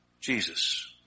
Jesus